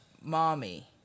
mommy